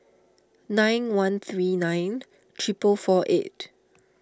nine one three nine triple four eight